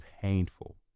painful